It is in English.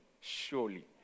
surely